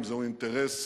זה אינטרס